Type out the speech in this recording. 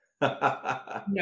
No